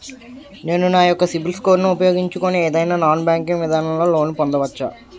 నేను నా యెక్క సిబిల్ స్కోర్ ను ఉపయోగించుకుని ఏదైనా నాన్ బ్యాంకింగ్ విధానం లొ లోన్ పొందవచ్చా?